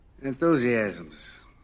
enthusiasms